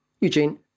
Eugene